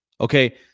okay